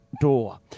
door